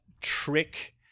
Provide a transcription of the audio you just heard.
trick